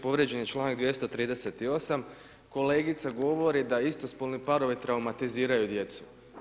Povrijeđen je članak 238., kolegica govori da istospolni parovi traumatiziraju djecu.